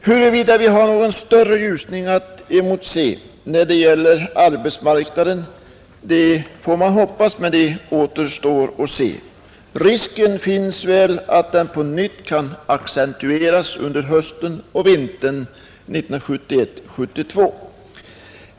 Huruvida vi har någon större ljusning att emotse när det gäller arbetsmarknaden återstår att se, men man får ändå hoppas på en sådan. Risken finns att arbetslösheten på nytt kan accentueras under hösten och vintern 1971-1972.